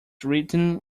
written